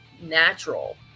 natural